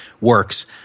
works